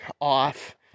off